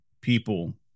people